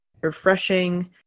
refreshing